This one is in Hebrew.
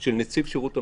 של נציב שירות המדינה.